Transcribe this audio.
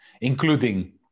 including